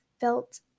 felt